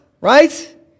Right